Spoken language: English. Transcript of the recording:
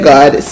God